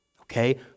okay